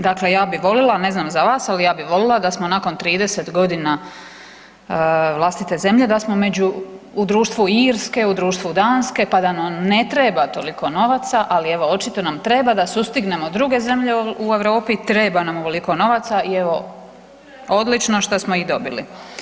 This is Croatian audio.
Dakle ja bi volila, ne znam za vas, ali ja bi volila da smo nakon 30 godina vlastite zemlje, da smo među, u društvu Irske, u društvu Danske, pa da nam ne treba toliko novaca, ali evo, očito nam treba da sustignemo druge zemlje u Europi, treba nam ovoliko novaca i evo, odlično što smo ih dobili.